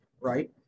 right